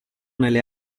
nelle